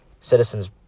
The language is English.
citizens